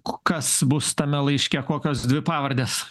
kas bus tame laiške kokias dvi pavardės